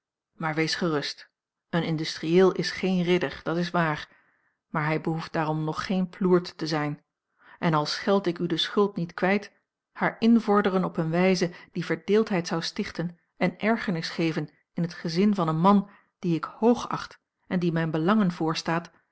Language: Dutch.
maar wees gerust een industriëel is geen ridder dat is waar maar hij behoeft daarom nog geen ploert te zijn en al scheld ik u de schuld niet kwijt haar invorderen op eene wijze die verdeeldheid zou stichten en ergernis geven in het gezin van een man dien ik hoogacht en die mijne belangen